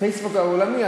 פייסבוק העולמי.